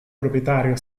proprietario